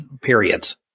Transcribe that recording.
Periods